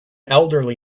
elderly